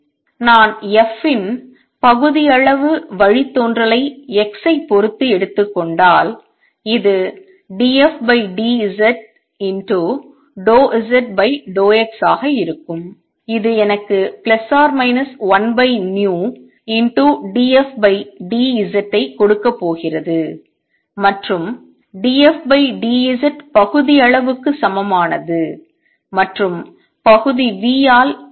நான் f இன் பகுதியளவு வழித்தோன்றலை x ஐப் பொறுத்து எடுத்துக் கொண்டால் இது dfdz∂zx ஆக இருக்கும் இது எனக்கு 1vdfdz ஐ கொடுக்கப் போகிறது மற்றும்dfdz பகுதியளவுக்கு சமமானது மற்றும் பகுதி v ஆல் உள்ளது